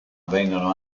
vengono